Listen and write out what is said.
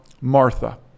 Martha